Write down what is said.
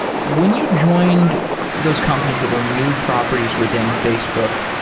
when you joined those companies that were new properties within facebook,